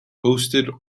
hosted